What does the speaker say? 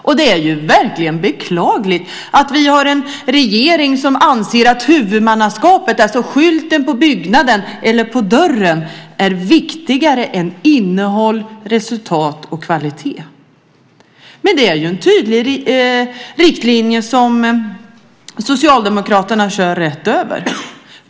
Och det är ju verkligen beklagligt att vi har en regering som anser att huvudmannaskapet, alltså skylten på byggnaden eller på dörren, är viktigare än innehåll, resultat och kvalitet. Men det är en tydlig riktlinje som Socialdemokraterna kör efter rätt över.